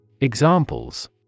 Examples